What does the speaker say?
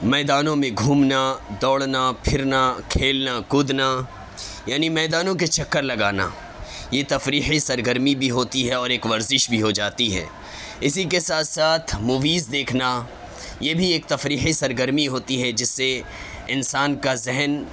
میدانوں میں گھومنا دوڑنا پھرنا کھیلنا کودنا یعنی میدانوں کے چکر لگانا یہ تفریحی سرگرمی بھی ہوتی ہے اور ایک ورزش بھی ہو جاتی ہے اسی کے ساتھ ساتھ موویز دیکھنا یہ بھی ایک تفریحی سرگرمی ہوتی ہے جس سے انسان کا ذہن